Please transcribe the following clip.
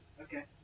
Okay